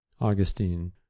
Augustine